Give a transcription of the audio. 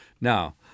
Now